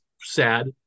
sad